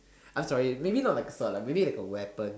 I'm sorry maybe not like a sword lah maybe like a weapon